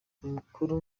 amakuru